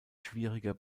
schwieriger